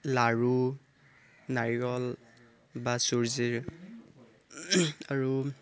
লাৰু নাৰিকল বা চুজিৰ আৰু